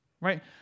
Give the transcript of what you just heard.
right